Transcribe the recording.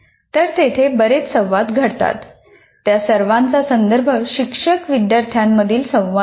तर तेथे बरेच संवाद घडतात त्या सर्वांचा संदर्भ शिक्षक विद्यार्थ्यांमधील संवाद आहे